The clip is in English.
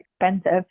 expensive